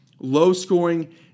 low-scoring